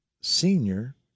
senior